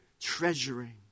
treasuring